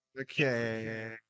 Okay